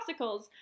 popsicles